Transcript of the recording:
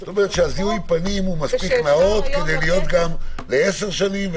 כלומר זיהוי הפנים הוא מספיק נאות כדי להיות גם לעשר שנים.